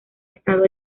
estado